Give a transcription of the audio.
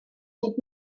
und